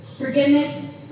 forgiveness